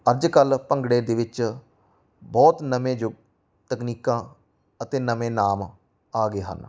ਅੱਜ ਕੱਲ੍ਹ ਭੰਗੜੇ ਦੇ ਵਿੱਚ ਬਹੁਤ ਨਵੇਂ ਯੁੱਗ ਤਕਨੀਕਾਂ ਅਤੇ ਨਵੇਂ ਨਾਮ ਆ ਗਏ ਹਨ